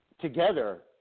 together